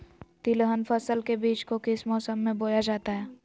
तिलहन फसल के बीज को किस मौसम में बोया जाता है?